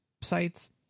sites